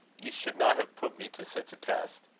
you should not have put me to such a test.